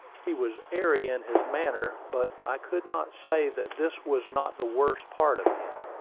he was airy in his manner but i could not say that this was not the worst part of him.